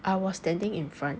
I was standing in front